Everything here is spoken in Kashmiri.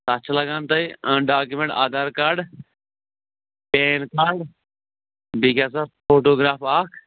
تَتھ چھِ لگان تۄہہِ document Aadhaar card PAN card بیٚیہِ کیٛاہ سا فوٹوٗگرٛاف اکھ